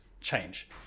change